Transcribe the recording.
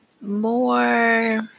more